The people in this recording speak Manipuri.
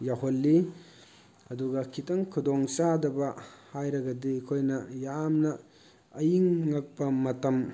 ꯌꯧꯍꯜꯂꯤ ꯑꯗꯨꯒ ꯈꯤꯇꯪ ꯈꯨꯗꯣꯡꯆꯥꯗꯕ ꯍꯥꯏꯔꯒꯗꯤ ꯑꯩꯈꯣꯏꯅ ꯌꯥꯝꯅ ꯑꯌꯤꯡꯂꯛꯄ ꯃꯇꯝ